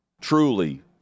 truly